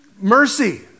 mercy